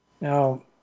Now